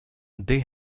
they